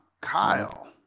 Kyle